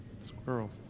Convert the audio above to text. Squirrels